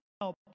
help